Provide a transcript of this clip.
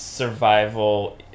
Survival